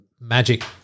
magic